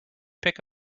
pick